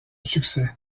succès